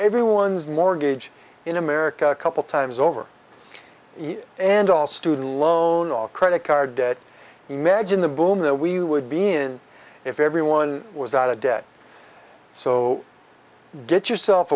everyone's mortgage in america a couple times over and all student loan off credit card debt imagine the boom that we would be in if everyone was out of debt so get yourself